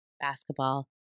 Basketball